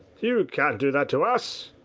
you can't do that to us!